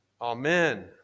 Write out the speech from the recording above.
Amen